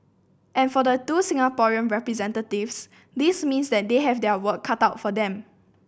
and for the two Singaporean representatives this means that they have their work cut out for them